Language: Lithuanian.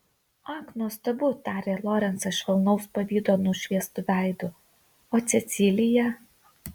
ak nuostabu tarė lorencą švelnaus pavydo nušviestu veidu o cecilija